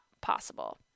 possible